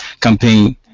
campaign